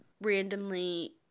randomly